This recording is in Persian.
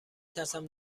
ترسم